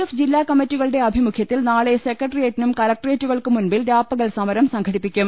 F ജില്ലാക്കമ്മറ്റികളുടെ ആഭിമുഖ്യത്തിൽ നാളെ സെക്രട്ടേറിയറ്റിനും കലക്ടറേറ്റുകൾക്കും മുമ്പിൽ രാപ്പകൽ സമരം സംഘടിപ്പിക്കും